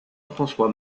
françois